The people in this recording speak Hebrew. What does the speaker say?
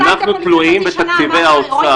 אנחנו תלויים בתקציבי האוצר.